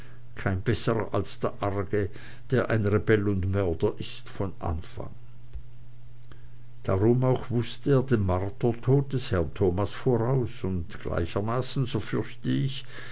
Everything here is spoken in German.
kein besserer als der arge der ein rebell und mörder ist von anfang darum auch wußte er den martertod des herrn thomas voraus und gleichermaßen so fürchte ich